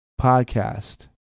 Podcast